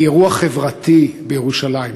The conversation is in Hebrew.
היא אירוע חברתי בירושלים.